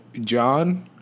John